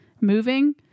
moving